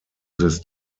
this